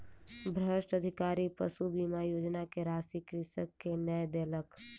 भ्रष्ट अधिकारी पशु बीमा योजना के राशि कृषक के नै देलक